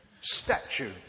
statue